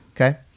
Okay